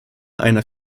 einer